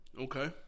Okay